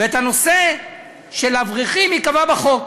והנושא של האברכים ייקבע בחוק,